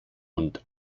und